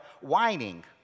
whining